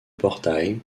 portail